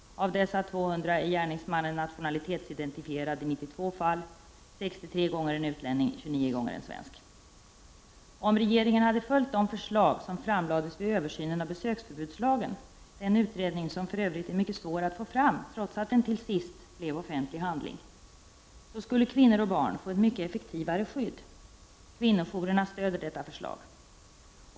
I dessa 200 våldtäktsfall är gärningsmannens nationalitetsidentifierad i 92 fall. 63 gånger är det en utlänning och 29 gånger en svensk. Om regeringen hade följt de förslag som framlades vid översynen av besöksförbudslagen — en utredning som för övrigt är mycket svår att få fram trots att den till sist blev offentlig handling — skulle kvinnor och barn få ett mycket effektivare skydd. Kvinnojourerna stöder detta förslag.